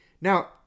Now